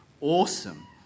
awesome